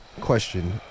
question